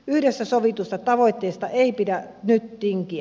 yhdessä sovituista tavoitteista ei pidä nyt tinkiä